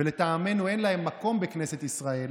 תבקר את השלטון במקום להתחיל לבקר את האופוזיציה.